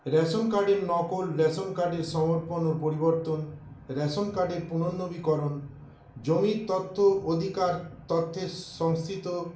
ration কার্ডের নকল ration কার্ডের সমর্পণ ও পরিবর্তন রেশন কার্ডের পুনর্নবীকরণ জমির তথ্য অধিকার তথ্যের সংস্থিত